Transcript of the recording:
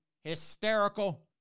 hysterical